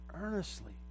earnestly